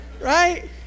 right